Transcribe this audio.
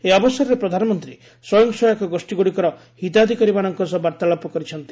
ଏହି ଅବସରରେ ପ୍ରଧାନମନ୍ତ୍ରୀ ସ୍ୱୟଂ ସହାୟକ ଗୋଷ୍ଠୀଗୁଡ଼ିକର ହିତାଧିକାରୀମାନଙ୍କ ସହ ବାର୍ତ୍ତାଳାପ କରିଛନ୍ତି